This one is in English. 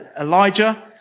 Elijah